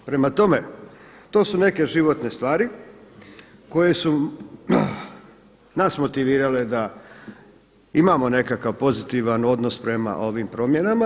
Prema tome, to su neke životne stvari koje su nas motivirale da imamo nekakav pozitivan odnos prema ovim promjenama.